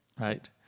right